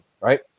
Right